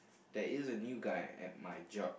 there is a new guy at my job